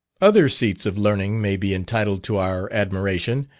other seats of learning may be entitled to our admiration,